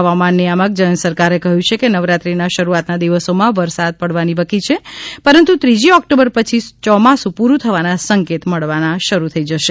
હવામાન નિયામક જયંત સરકારે કહ્યું છે કે નવરાત્રીના શરૂઆતના દિવસોમાં વરસાદ પડવાની વકી છે પરંતુ ત્રીજી ઓક્ટોબર પછી યોમાસું પૂરૂ થવાના સંકેત મળવા શરૂ થઇ જશે